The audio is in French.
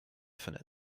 fenêtre